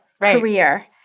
career